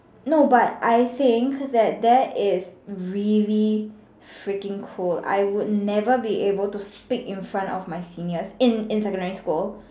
no but I think that that is really freaking cool I would never be able to speak in front of my seniors in in secondary school